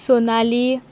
Sonali